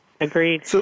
Agreed